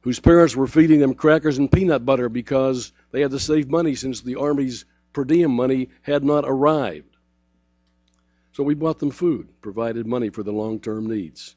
whose parents were feeding them crackers and peanut butter because they had the save money since the armies for d m money had not arrived so we bought them food provided money for the long term needs